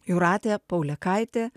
jūratė paulėkaitė